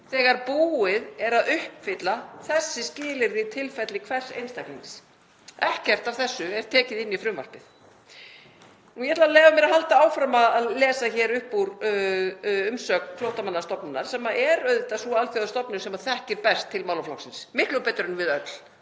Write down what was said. þegar búið er að uppfylla þessi skilyrði í tilfelli hvers einstaklings. Ekkert af þessu er tekið inn í frumvarpið. Ég ætla að leyfa mér að halda áfram að lesa hér upp úr umsögn Flóttamannastofnunar, sem er auðvitað sú alþjóðastofnun sem þekkir best til málaflokksins, miklu betur en við öll,